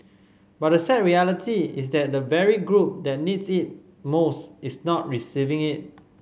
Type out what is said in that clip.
but the sad reality is that the very group that needs it most is not receiving it